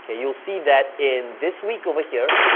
ah you'll see that in this week, over here,